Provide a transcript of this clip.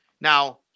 Now